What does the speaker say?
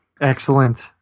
Excellent